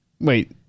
Wait